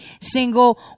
single